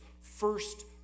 first